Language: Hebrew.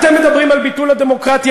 אתם מדברים על ביטול הדמוקרטיה,